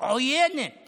עוינת